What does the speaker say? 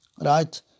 right